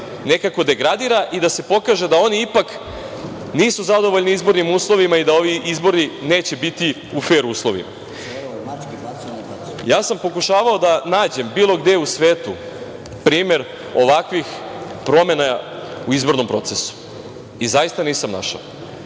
nekako degradira i da se pokaže da oni ipak nisu zadovoljni izbornim uslovima i da ovi izbori neće biti u fer uslovima. Pokušavao sam da nađem bilo gde u svetu primer ovakvih promena u izbornom procesu i zaista nisam našao.